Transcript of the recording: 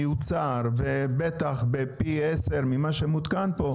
מיוצר ובטח פי 10 ממה שמותקן פה,